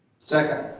second.